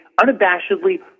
unabashedly